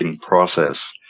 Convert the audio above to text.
process